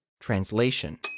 translation